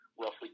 roughly